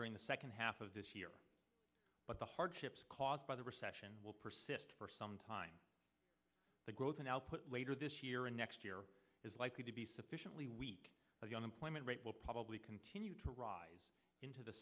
during the second half of this year but the hardships caused by the recession will persist for some time the growth in output later this year and next year is likely to be sufficiently weak point rate will probably continue to rise into the